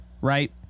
Right